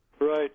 Right